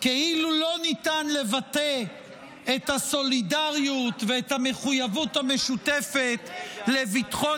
כאילו לא ניתן לבטא את הסולידריות ואת המחויבות המשותפת לביטחון